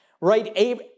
right